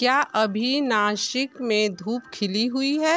क्या अभी नाशिक में धूप खिली हुई है